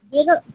বেরো